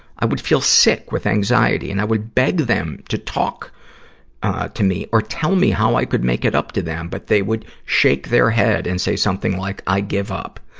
i would feel sick with anxiety, and i would beg them to talk to me or tell me how i could make it up to them, but they would shake their head and say something like, i give up.